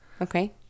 Okay